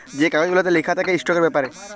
যে কাগজ গুলাতে লিখা থ্যাকে ইস্টকের ব্যাপারে